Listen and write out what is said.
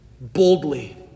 boldly